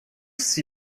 s’y